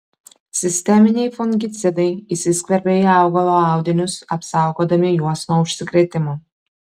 sisteminiai fungicidai įsiskverbia į augalo audinius apsaugodami juos nuo užsikrėtimo